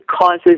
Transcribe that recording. causes